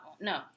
no